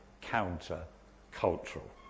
counter-cultural